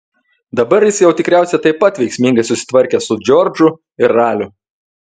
dabar jis jau tikriausiai taip pat veiksmingai susitvarkė su džordžu ir raliu